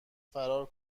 فرار